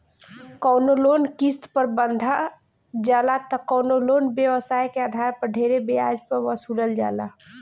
कवनो लोन किस्त पर बंधा जाला त कवनो लोन व्यवसाय के आधार पर ढेरे ब्याज पर वसूलल जाला